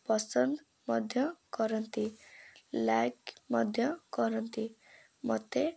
ପସନ୍ଦ ମଧ୍ୟ କରନ୍ତି ଲାଇକ୍ ମଧ୍ୟ କରନ୍ତି ମୋତେ